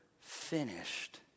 finished